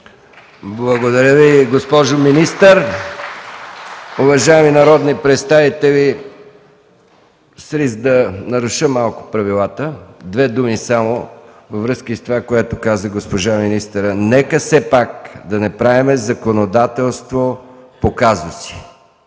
Благодаря Ви, госпожо министър. Уважаеми народни представители, с риск да наруша малко правилата, само две думи във връзка с това, което каза госпожа министърът – нека все пак да не правим законодателство по казуси.